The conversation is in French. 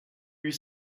huit